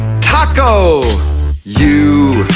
taco u,